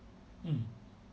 mm